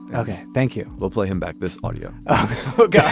ok. thank you. we'll play him back this audio hook up